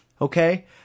okay